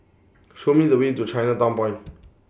Show Me The Way to Chinatown Point